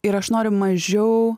ir aš noriu mažiau